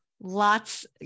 Lots